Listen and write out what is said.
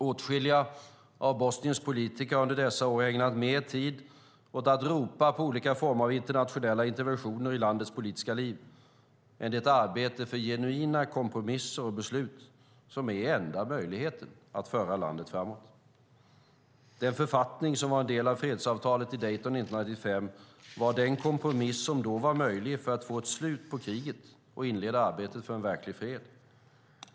Åtskilliga av Bosniens politiker har under dessa år ägnat mer tid åt att ropa på olika former av internationella interventioner i landets politiska liv än åt det arbete för genuina kompromisser och beslut som är enda möjligheten att föra landet framåt. Den författning som var en del av fredsavtalet i Dayton 1995 var den kompromiss som då var möjlig för att få ett slut på kriget och inleda arbetet för en verklig fred.